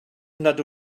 nad